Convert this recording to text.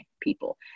people